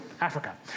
Africa